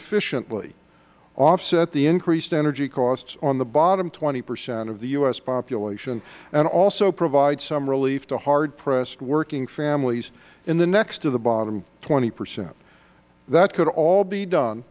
efficiently offset the increased energy costs on the bottom twenty percent of the u s population and also provide some relief to hard pressed working families in the next to the bottom twenty percent that could all be done